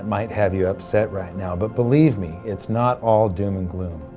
might have you upset right now, but believe me, it's not all doom and gloom.